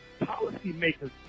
policymakers